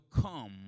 come